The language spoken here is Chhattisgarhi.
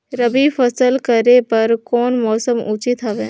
रबी फसल करे बर कोन मौसम उचित हवे?